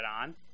on